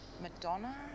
Madonna